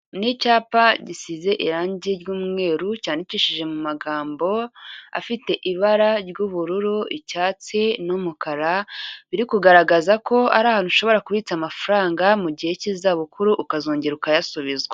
Ni icyapa gisize irangi ry'umweru cyandikishije mu magambo afite ibara ry'ubururu, icyatsi n'umukara, biri kugaragaza ko ari ahantu ushobora kubitsa amafaranga mu gihe cy'izabukuru ukazongera ukayasubizwa.